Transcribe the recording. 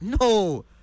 No